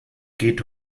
geht